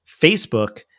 Facebook